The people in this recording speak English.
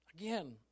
Again